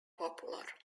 popular